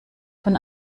von